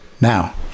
Now